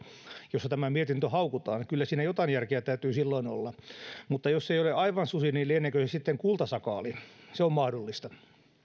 jossa tämä mietintö haukutaan kyllä siinä jotain järkeä täytyy silloin olla mutta jos se ei ole aivan susi niin lieneekö se sitten kultasakaali se on mahdollista